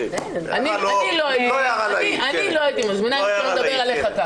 אני לא הייתי מזמינה אם מישהו היה מדבר כך עליך.